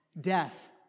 death